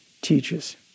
teaches